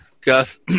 Gus